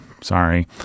sorry